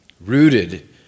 rooted